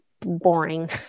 boring